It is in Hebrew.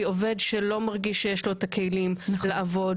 כי עובד שלא מרגיש שיש לו את הכלים לעבוד,